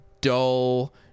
dull